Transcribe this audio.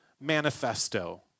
manifesto